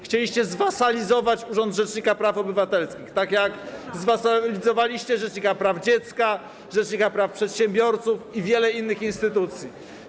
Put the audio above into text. Chcieliście zwasalizować urząd rzecznika praw obywatelskich, tak jak zwasalizowaliście urząd rzecznika praw dziecka, rzecznika praw przedsiębiorców i wiele innych instytucji.